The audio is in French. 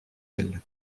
elle